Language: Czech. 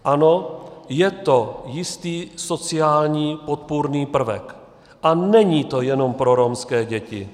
Ano, je to jistý sociální podpůrný prvek a není to jenom pro romské děti.